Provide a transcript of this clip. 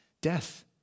death